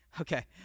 okay